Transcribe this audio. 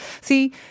See